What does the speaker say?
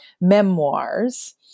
memoirs